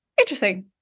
interesting